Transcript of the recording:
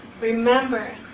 Remember